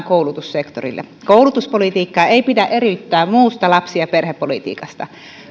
koulutussektorille koulutuspolitiikkaa ei pidä eriyttää muusta lapsi ja perhepolitiikasta